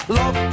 love